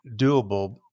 doable